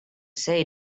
say